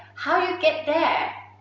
how you get there?